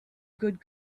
good